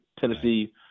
Tennessee